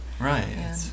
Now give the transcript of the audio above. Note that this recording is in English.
right